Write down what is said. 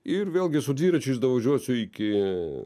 ir vėlgi su dviračiais nuvažiuosiu iki